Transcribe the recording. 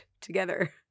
together